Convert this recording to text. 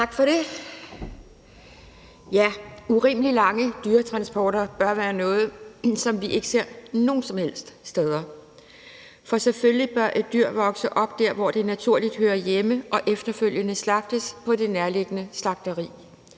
Tak for det. Urimelig lange dyretransporter bør være noget, som vi ikke ser nogen som helst steder, for selvfølgelig bør et dyr vokse op der, hvor det naturligt hører hjemme, og efterfølgende slagtes på det nærliggende slagteri,